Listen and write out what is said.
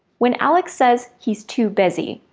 when alex says he's too busy,